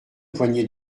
poignée